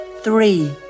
three